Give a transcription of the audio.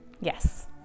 Yes